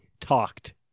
talked